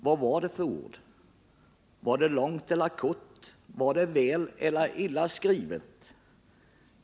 Vad var det för ord — var det långt eller kort, var det väl eller illa skrivet?